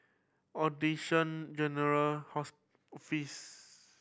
Audition General